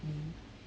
me